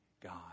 God